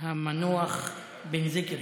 המנוח בן זיקרי.